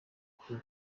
gusa